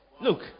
Look